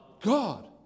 God